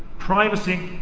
privacy